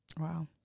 Wow